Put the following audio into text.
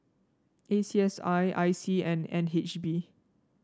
A C S I I C and N H B